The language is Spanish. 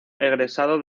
egresado